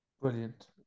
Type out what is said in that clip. Brilliant